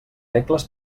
regles